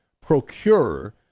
procure